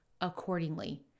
accordingly